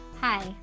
Hi